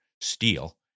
steel